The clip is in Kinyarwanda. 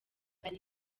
ari